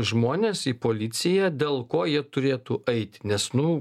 žmones į policiją dėl ko jie turėtų eit nes nu